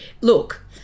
look